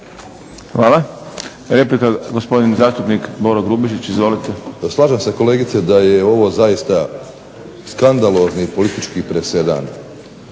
Hvala. Replika gospodin Boro Grubišić. Izvolite. **Grubišić, Boro (HDSSB)** Slažem se kolegice da je ovo zaista skandalozni politički presedan.